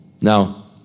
Now